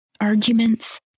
arguments